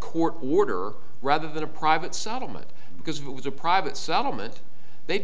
court order rather than a private settlement because if it was a private salamon it they'd